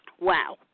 Wow